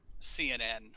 CNN